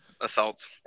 assault